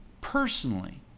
personally